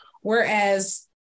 Whereas